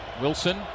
Wilson